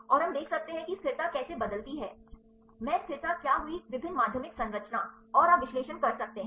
और हम देख सकते हैं कि स्थिरता कैसे बदलती हैमें स्थिरता क्या हुई विभिन्न माध्यमिक संरचनाऔर आप विश्लेषण कर सकते हैं